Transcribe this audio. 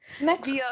next